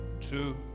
two